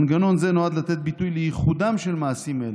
מנגנון זה נועד לתת ביטוי לייחוד של מעשים אלו,